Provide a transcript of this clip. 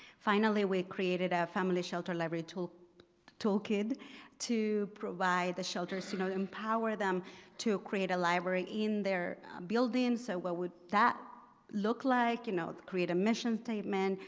finally, we created our family shelter library toolkit to provide the shelters, you know, to empower them to create a library in their building so what would that look like, you know, to create a mission statement,